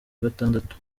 gatandatu